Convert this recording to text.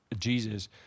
Jesus